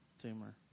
tumor